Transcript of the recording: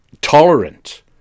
tolerant